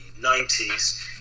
90s